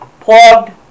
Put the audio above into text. plugged